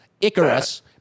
Icarus